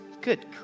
Good